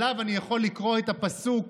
עליו אני יכול לקרוא את הפסוק